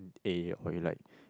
eh what you like